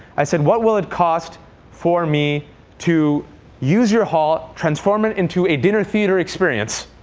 i said what will it cost for me to use your hall, transform it into a dinner theater experience,